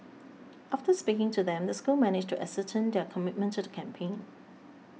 after speaking to them the school managed to ascertain their commitment to the campaign